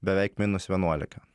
beveik minus vienuolika